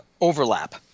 overlap